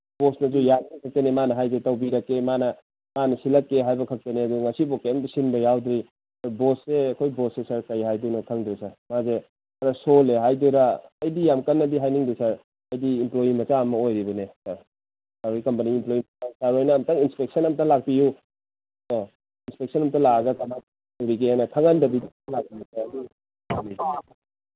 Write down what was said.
ꯕꯣꯁꯅꯁꯨ ꯌꯥꯅꯤꯈꯛꯇꯅꯤ ꯃꯥꯅ ꯍꯥꯏꯁꯦ ꯇꯧꯕꯤꯔꯛꯀꯦ ꯃꯥꯅ ꯃꯥꯅ ꯁꯤꯜꯂꯛꯀꯦ ꯍꯥꯏꯕꯈꯛꯇꯅꯦ ꯑꯗꯨ ꯉꯁꯤꯐꯥꯎ ꯀꯩꯝꯇ ꯁꯤꯟꯕ ꯌꯥꯎꯗ꯭ꯔꯤ ꯕꯣꯁꯁꯦ ꯑꯩꯈꯣꯏ ꯕꯣꯁꯁꯦ ꯁꯥꯔ ꯀꯩ ꯍꯥꯏꯗꯣꯏꯅꯣ ꯈꯪꯗ꯭ꯔꯦ ꯁꯥꯔ ꯃꯥꯁꯦ ꯈꯔ ꯁꯣꯜꯂꯦ ꯍꯥꯏꯗꯣꯏꯔꯥ ꯑꯩꯗꯤ ꯌꯥꯝ ꯀꯟꯅꯗꯤ ꯍꯥꯏꯅꯤꯡꯗꯦ ꯁꯥꯔ ꯑꯩꯗꯤ ꯏꯝꯄ꯭ꯂꯣꯏꯌꯤ ꯃꯆꯥ ꯑꯃ ꯑꯣꯏꯔꯤꯕꯅꯦ ꯁꯥꯔ ꯄ꯭ꯔꯥꯏꯚꯦꯠ ꯀꯝꯄꯅꯤ ꯏꯝꯄ꯭ꯂꯣꯏꯌꯤ ꯁꯥꯔꯍꯣꯏꯅ ꯑꯝꯇꯪ ꯏꯟꯁꯄꯦꯛꯁꯟ ꯑꯝꯇ ꯂꯥꯛꯄꯤꯌꯨ ꯀꯣ ꯏꯟꯁꯄꯦꯛꯁꯟ ꯑꯝꯇ ꯂꯥꯛꯑꯒ ꯀꯃꯥꯏ ꯇꯧꯔꯤꯒꯦꯅ ꯈꯪꯍꯟꯗꯕꯤꯗ ꯂꯥꯛꯄꯤꯌꯨ ꯁꯥꯔ ꯑꯗꯨ ꯑꯣꯏꯔꯗꯤ